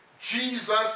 Jesus